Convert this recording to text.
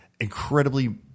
incredibly